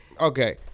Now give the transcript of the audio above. Okay